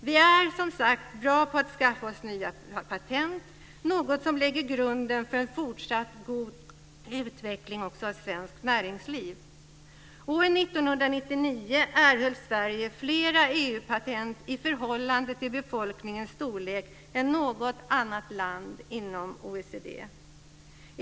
Vi är som sagt bra på att skaffa oss nya patent - något som lägger grunden för en fortsatt god utveckling också av svenskt näringsliv. År 1999 erhöll Sverige fler EU-patent i förhållande till befolkningens storlek än något annat land inom OECD.